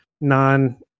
non